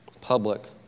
public